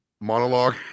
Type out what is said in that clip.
monologue